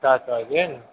સાત વાગે હેં ને